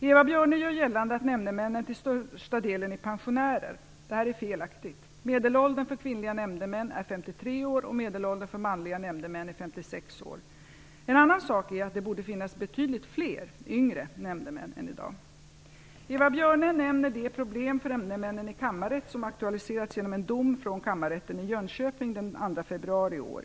Eva Björne gör gällande att nämndemännen till största delen är pensionärer. Detta är felaktigt. Medelåldern för kvinnliga nämndemän är 53 år och medelåldern för manliga nämndemän är 56 år. En annan sak är att det borde finnas betydligt fler yngre nämndemän än i dag. Eva Björne nämner det problem för nämndemän i kammarrätt som aktualiserats genom en dom från Kammarrätten i Jönköping den 2 februari i år.